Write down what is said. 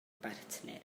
bartner